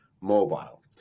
Mobile